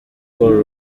call